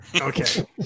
okay